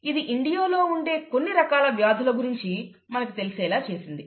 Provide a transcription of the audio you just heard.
ఇది ఇండియాలో ఉండే కొన్ని రకాల వ్యాధులను గురించి మనకు తెలిసేలా చేసింది